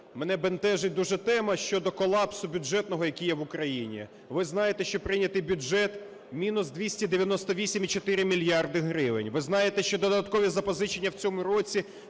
мене бентежить дуже тема щодо колапсу бюджетного, який є в Україні. Ви знаєте, що прийнятий бюджет мінус 298,4 мільярда гривень. Ви знаєте, що додаткові запозичення в цьому році